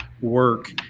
work